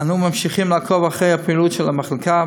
אנחנו ממשיכים לעקוב אחר הפעילות של המחלקה,